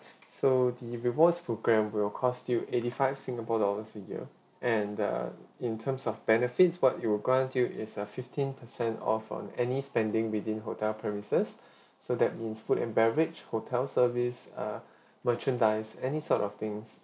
so the rewards programme will cost you eighty five singapore dollars a year and err in terms of benefits what it will grant you is a fifteen percent off on any spending within hotel premises so that means food and beverage hotel service err merchandise any sort of things